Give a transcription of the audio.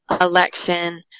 election